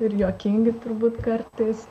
ir juokingi turbūt kartais